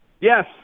Yes